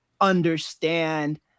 understand